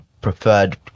preferred